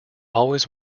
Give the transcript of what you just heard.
always